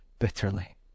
Bitterly